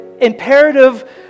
imperative